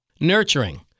nurturing